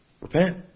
repent